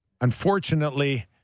unfortunately